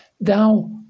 Thou